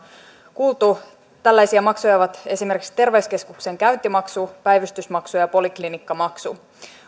kuultu tällaisia maksuja ovat esimerkiksi terveyskeskuksen käyntimaksu päivystysmaksu ja poliklinikkamaksu